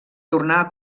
tornar